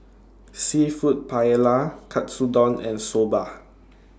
Seafood Paella Katsudon and Soba